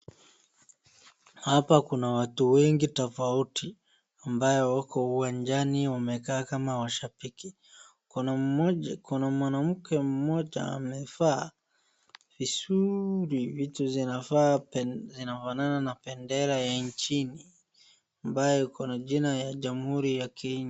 Hapa kuna watu wengi tofauti ambao wako uwanjani wamekaa kama washabiki, kuna mwanamke mmoja amevaa vizuri vitu zinafanana na bendera ya nchini ambayo iko na jina ya jamhuri ya Kenya.